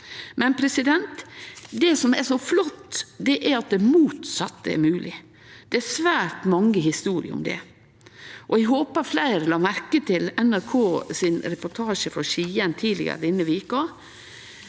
om barn. Men det som er så flott, er at det motsette er mogleg. Det er svært mange historier om det, og eg håpar fleire la merke til NRK sin reportasje frå Skien tidlegare denne veka